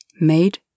made